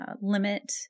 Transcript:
limit